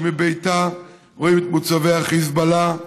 שמביתה רואים את מוצבי החיזבאללה,